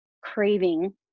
craving